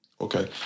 Okay